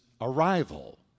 arrival